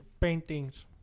paintings